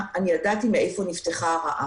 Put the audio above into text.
ייקח לכם